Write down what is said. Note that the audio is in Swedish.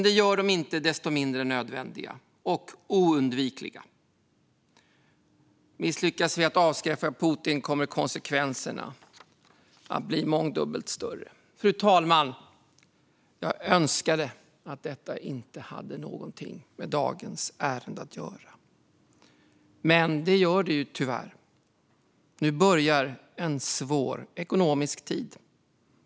Detta gör dem dock inte mindre nödvändiga och oundvikliga. Misslyckas vi med att avskräcka Putin kommer konsekvenserna att bli mångdubbelt större. Fru talman! Jag önskar att detta inte hade någonting med dagens ärende att göra, men det har det tyvärr. Nu börjar en svår ekonomisk tid.